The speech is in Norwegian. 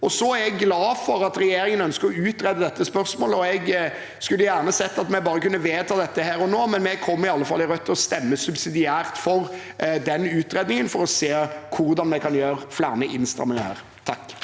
Jeg er glad for at regjeringen ønsker å utrede dette spørsmålet, og jeg skulle gjerne ha sett at vi bare kunne vedta dette her og nå. Vi i Rødt kommer iallfall til å stemme subsidiært for den utredningen, for å se på hvordan vi kan gjøre flere innstramminger her.